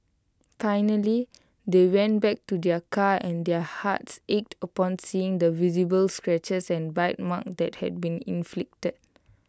finally they went back to their car and their hearts ached upon seeing the visible scratches and bite marks that had been inflicted